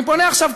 ואני פונה עכשיו,